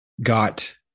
got